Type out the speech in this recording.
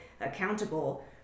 accountable